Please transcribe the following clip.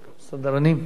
הסדרנים?